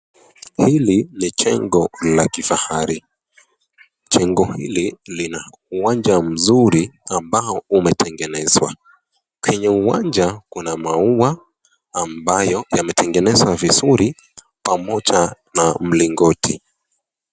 Hili ni jengo la kifahari, jengo hili lina uwanja mzuri ambao umetengenezewa. Kwenye uwanja kuna maua ambayo yametengenezwa pamoja na mlingoti.